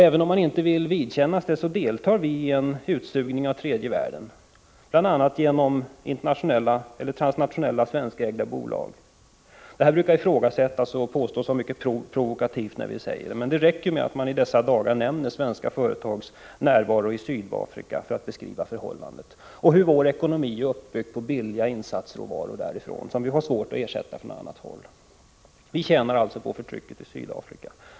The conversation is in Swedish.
Även om man inte vill vidkännas det, deltar vi i en utsugning av tredje världen bl.a. genom transnationella svenskägda bolag. Det här brukar ifrågasättas och påstås vara mycket provokativt när vi påpekar detta. Men det räcker att man i dessa dagar nämner de svenska företagens närvaro i Sydafrika för att beskriva förhållandet. Vår ekonomi är uppbyggd på billiga insatser och varor från Sydafrika som vi har svårt att ersätta med import från annat håll. Vi tjänar alltså på förtrycket i Sydafrika.